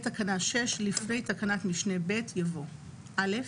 בתקנה 6 לפני תקנת משנה (ב) יבוא: "(א)